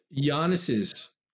Giannis's